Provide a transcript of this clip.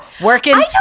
working